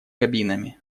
кабинами